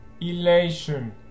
elation